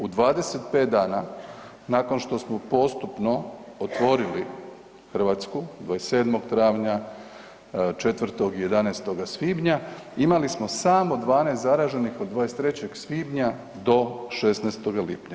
U 25 dana nakon što smo postupno otvorili Hrvatsku 27. travnja, 4. i 11. svibnja imali smo samo 12 zaraženih od 23. svibnja do 16. lipnja.